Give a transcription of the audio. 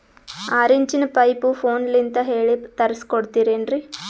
ಆರಿಂಚಿನ ಪೈಪು ಫೋನಲಿಂದ ಹೇಳಿ ತರ್ಸ ಕೊಡ್ತಿರೇನ್ರಿ?